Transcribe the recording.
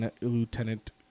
Lieutenant